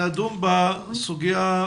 סדר היום הצורך החיוני במחשב לכל ילד,